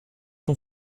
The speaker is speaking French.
ton